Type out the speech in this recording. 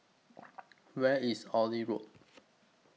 Where IS Oxley Road